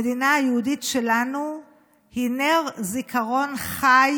המדינה היהודית שלנו היא נר זיכרון חי